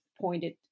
pointed